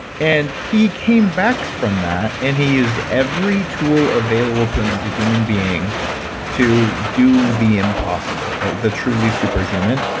and he came back from that, and he used every tool available to him as a human being to do the impossible, like, the truly superhuman.